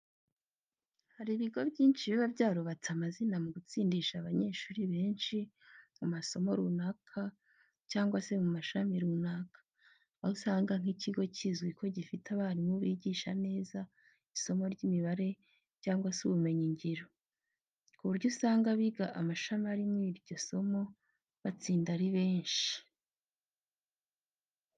Hari ibigo byinshi biba byarubatse amazina mu gutsindisha abanyeshuri benshi mu masomo runaka cyangwa se mu mashami runaka. Aho usanga nk'ikigo kizwi ko gifite abarimu bigisha neza isomo ry'imibare cyangwa se ubumenyi ngiro, ku buryo usanga abiga amashami arimo iryo somo batsinda ari benshi.